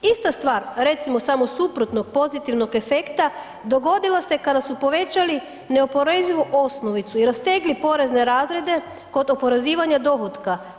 Ista stvar, recimo, samo suprotno pozitivnog efekta dogodila se kada su povećali neoporezivu osnovicu i rastegli porezne razrede kod oporezivanja dohotka.